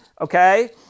okay